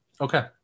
okay